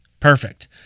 Perfect